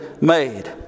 made